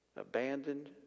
abandoned